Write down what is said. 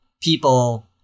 people